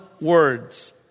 words